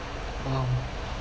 !wow!